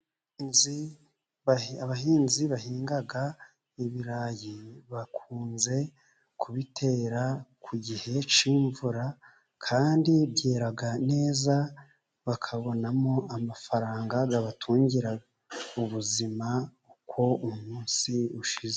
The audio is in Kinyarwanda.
Nzi abahinzi bahinga ibirayi, bakunze kubitera ku gihe cy'imvura kandi byera neza bakabonamo amafaranga abatungira ubuzima uko umunsi ushize.